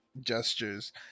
gestures